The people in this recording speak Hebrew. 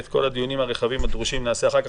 את כל הדיונים הרחבים נעשה אחר כך.